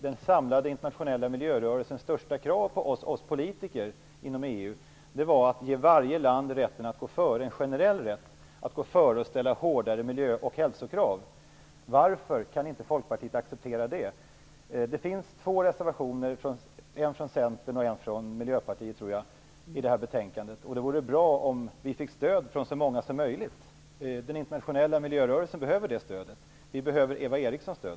Den samlade internationella miljörörelsens största krav på oss politiker inom EU var ju att ge varje land generell rätt att gå före och ställa hårdare miljö och hälsokrav. Varför kan Folkpartiet inte acceptera det? Det finns, tror jag, två reservationer i betänkandet, en från Centern och en från Miljöpartiet. Det vore bra om vi fick stöd från så många som möjligt. Vi i den internationella miljörörelsen behöver det stödet. Vi behöver alltså Eva Erikssons stöd.